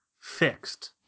Fixed